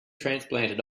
transplanted